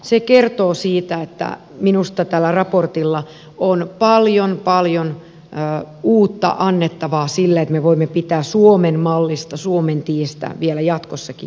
se kertoo siitä että minusta tällä raportilla on paljon paljon uutta annettavaa sille että me voimme pitää suomen mallista suomen tiestä vielä jatkossakin kiinni